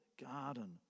garden